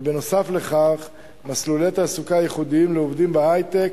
ובנוסף לכך מסלולי תעסוקה ייחודיים לעובדים בהיי-טק,